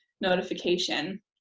notification